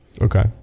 Okay